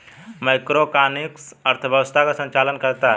macroeconomics अर्थव्यवस्था का संचालन करता है